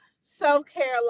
self-care